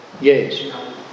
Yes